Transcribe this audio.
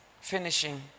finishing